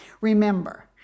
remember